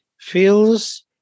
feels